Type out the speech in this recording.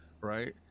Right